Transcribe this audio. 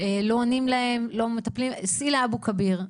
לא עונים להם, לא מטפלים, סעי לאבו כביר'.